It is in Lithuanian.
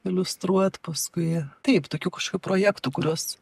iliustruot paskui taip tokių kažkokių projektų kuriuos